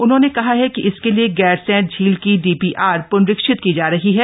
उन्होंने कहा है कि इसके लिए गैरसैंण झील की डीपीआर पुनरीक्षित की जा रही है